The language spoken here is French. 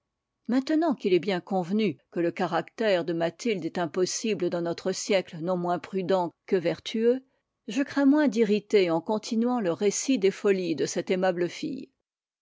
maintenant qu'il est bien convenu que le caractère de mathilde est impossible dans notre siècle non moins prudent que vertueux je crains moins d'irriter en continuant le récit des folies de cette aimable fille